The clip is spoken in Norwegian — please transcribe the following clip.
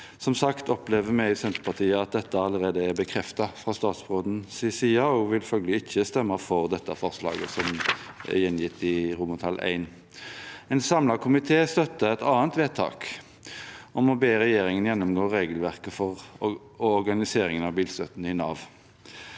Som sagt opplever vi i Senterpartiet at dette allerede er blitt bekreftet fra statsrådens side, og vil følgelig ikke stemme for dette forslaget, som er gjengitt i forslag til vedtak I. En samlet komité støtter imidlertid et vedtak om å be regjeringen gjennomgå regelverket og organiseringen av bilstøtten i Nav.